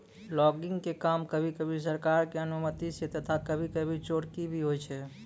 logging के काम कभी कभी सरकार के अनुमती सॅ तथा कभी कभी चोरकी भी होय छै